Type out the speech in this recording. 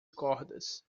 cordas